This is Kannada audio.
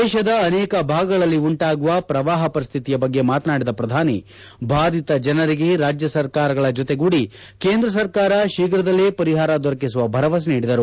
ದೇಶದ ಅನೇಕ ಭಾಗಗಳಲ್ಲಿ ಉಂಟಾಗಿರುವ ಪ್ರವಾಪ ಪರಿಸ್ಥಿತಿಯ ಬಗ್ಗೆ ಮಾತನಾಡಿದ ಪ್ರಧಾನಿ ಬಾಧಿತ ಜನರಿಗೆ ರಾಜ್ಯ ಸರ್ಕಾರಗಳ ಜೊತೆಗೂಡಿ ಕೇಂದ್ರ ಸರ್ಕಾರ ಶೀಘ್ರದಲ್ಲಿ ಪರಿಹಾರ ದೊರಕಿಸುವ ಭರವಸೆ ನೀಡಿದರು